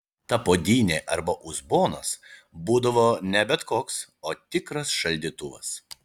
ta puodynė arba uzbonas būdavo ne bet koks o tikras šaldytuvas